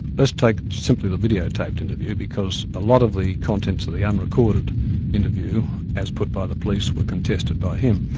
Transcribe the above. let's take simply the videotaped interview, because a lot of the contents of the unrecorded interview, as put by the police, were contested by him.